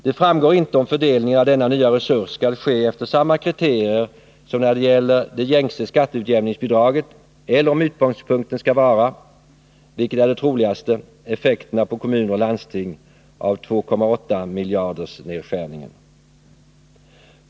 Det framgår inte om fördelningen av denna nya resurs skall ske efter samma kriterier som när det gäller det gängse skatteutjämningsbidraget eller om utgångspunkten, vilket är det troligaste, skall vara effekterna på kommuner och landsting av 2,8-miljardersnedskärningen.